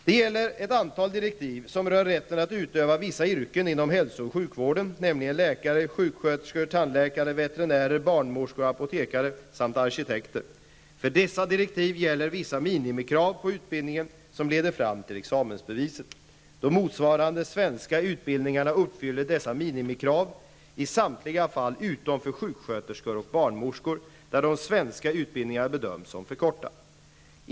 Det gäller ett antal direktiv som rör rätten att utöva vissa yrken inom hälso och sjukvården, nämligen läkare, sjuksköterskor, tandläkare, veterinärer, barnmorskor och apotekare samt arkitekter. För dessa direktiv gäller vissa minimikrav på utbildningen som leder fram till examensbeviset. De motsvarande svenska utbildningarna uppfyller dessa minimikrav i samtliga fall utom för sjuksköterskor och barnmorskor, där de svenska utbildningarna bedöms som för korta.